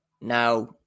Now